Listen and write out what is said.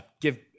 give